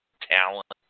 talent